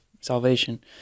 salvation